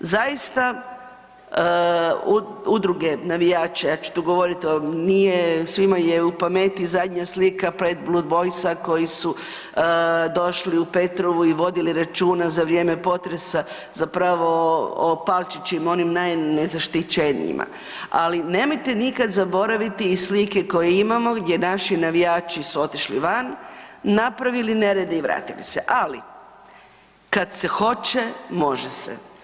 Zaista udruge navijača ja ću tu govoriti o, nije, svima je u pameti zadnja slika Bed Blue Boysa koji su došli u Petrovi i vodili računa za vrijeme potresa zapravo o palčićima onim najnezaštićenijima, ali nemojte nikada zaboraviti i slike koje imamo gdje naši navijači su otišli van, napravili nered i vratili se, ali kad se hoće može se.